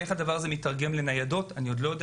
איך הדבר הזה מתרגם לניידות אני עוד לא יודע